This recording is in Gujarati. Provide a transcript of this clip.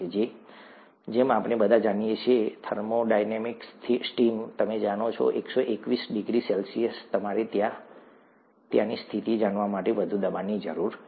જેમ આપણે બધા જાણીએ છીએ થર્મોડાયનેમિક સ્ટીમ તમે જાણો છો 121 ડિગ્રી સે તમારે ત્યાંની સ્થિતિ જાળવવા માટે વધુ દબાણની જરૂર છે